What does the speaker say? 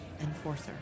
Enforcer